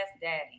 daddy